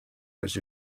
which